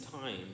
time